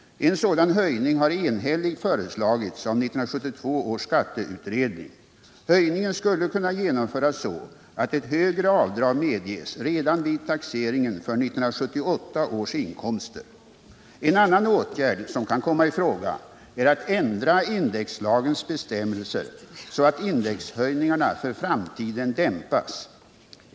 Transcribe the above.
En sådan höjning har enhälligt föreslagits av 1972 års skatteutredning. Höjningen skulle kunna genomföras så att ett högre avdrag medges redan vid taxeringen för 1978 års inkomster. En annan åtgärd som kan komma i fråga är att ändra indexlagens bestämmelser så att indexhöjningarna för framtiden dämpas.